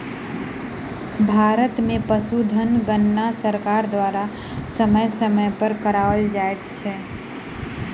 भारत मे पशुधन गणना सरकार द्वारा समय समय पर कराओल जाइत छै